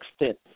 extent